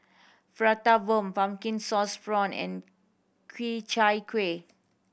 Prata Bomb pumpkin sauce prawn and Ku Chai Kuih